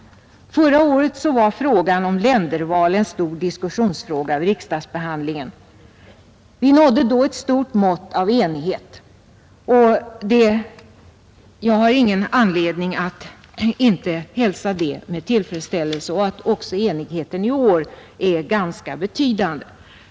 Förra året var frågan om länderval en stor diskussionsfråga vid riksdagsbehandlingen. Vi nådde då ett stort mått av enighet. Jag har ingen anledning att inte hälsa det med tillfredsställelse liksom att enigheten också i år är ganska betydande.